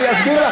אני אסביר לך.